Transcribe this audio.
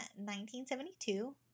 1972